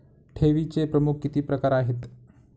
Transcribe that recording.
ठेवीचे प्रमुख किती प्रकार आहेत?